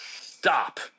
stop